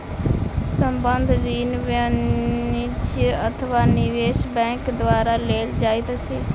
संबंद्ध ऋण वाणिज्य अथवा निवेशक बैंक द्वारा देल जाइत अछि